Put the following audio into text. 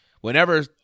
whenever